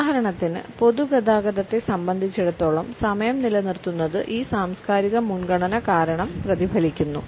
ഉദാഹരണത്തിന് പൊതുഗതാഗതത്തെ സംബന്ധിച്ചിടത്തോളം സമയം നിലനിർത്തുന്നത് ഈ സാംസ്കാരിക മുൻഗണന കാരണം പ്രതിഫലിക്കുന്നു